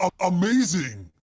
Amazing